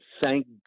Thank